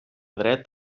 dret